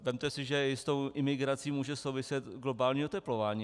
Vezměte si, že s jistou imigrací může souviset globální oteplování.